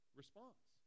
response